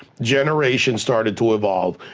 generations started to evolve.